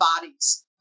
bodies